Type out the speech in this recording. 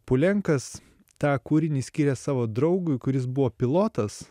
pulenkas tą kūrinį skyrė savo draugui kuris buvo pilotas